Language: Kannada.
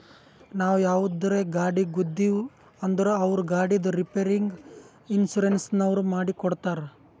ನಾವು ಯಾವುದರೇ ಗಾಡಿಗ್ ಗುದ್ದಿವ್ ಅಂದುರ್ ಅವ್ರ ಗಾಡಿದ್ ರಿಪೇರಿಗ್ ಇನ್ಸೂರೆನ್ಸನವ್ರು ಮಾಡಿ ಕೊಡ್ತಾರ್